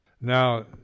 Now